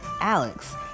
Alex